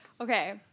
Okay